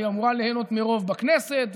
והיא אמורה ליהנות מרוב בכנסת,